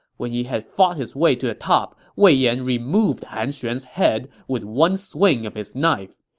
when he had fought his way to the top, wei yan removed han xuan's head with one swing of his knife.